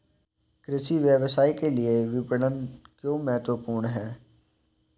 कृषि व्यवसाय के लिए विपणन क्यों महत्वपूर्ण है?